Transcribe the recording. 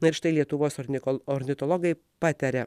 na štai lietuvos ornitologų ornitologai pataria